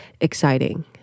exciting